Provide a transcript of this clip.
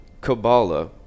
kabbalah